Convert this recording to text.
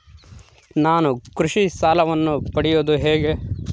ನಾನು ಕೃಷಿ ಸಾಲವನ್ನು ಪಡೆಯೋದು ಹೇಗೆ?